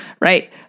right